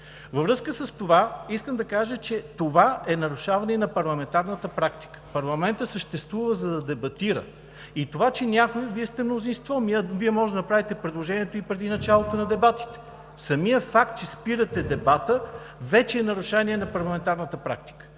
Във връзка с това искам да кажа, че това е нарушаване и на парламентарната практика. Парламентът съществува, за да дебатира. И това, че някой – Вие сте мнозинство, Вие може да направите предложението и преди началото на дебатите! Самият факт, че спирате дебата вече е нарушение на парламентарната практика.